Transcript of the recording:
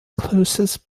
closest